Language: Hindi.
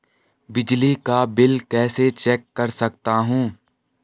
बिजली का बिल कैसे चेक कर सकता हूँ?